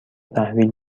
تحویل